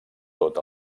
tot